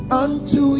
unto